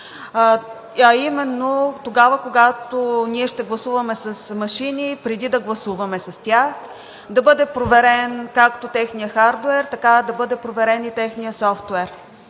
а именно тогава, когато ние ще гласуваме с машини, преди да гласуваме с тях да бъде проверен, както техният хардуер, така да бъде проверен и техният софтуер.